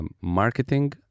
marketing